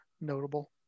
notable